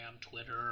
twitter